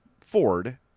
ford